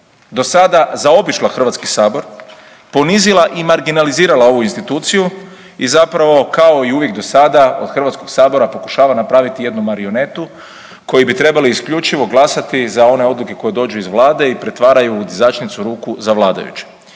do sada zaobišla HS, ponizila i marginalizirala ovu instituciju i zapravo kao i uvijek do sada od HS pokušava napraviti jednu marionetu koji bi trebali isključivo glasati za one odluke koje dođu iz vlade i pretvara ju u dizačnicu ruku za vladajuće.